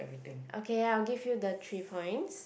okay I'll give you the three points